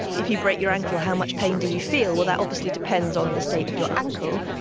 if you break your ankle, how much pain do you feel? well, that obviously depends on the state of your ankle.